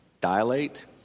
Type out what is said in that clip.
dilate